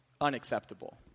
Unacceptable